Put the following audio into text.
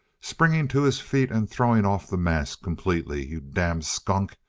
springing to his feet and throwing off the mask completely. you damned skunk,